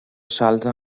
schalter